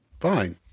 fine